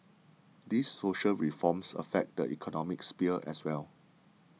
these social reforms affect the economic sphere as well